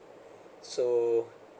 so